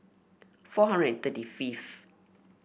four hundred and thirty fifth